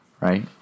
Right